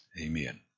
Amen